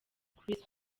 chris